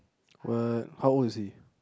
what how old is he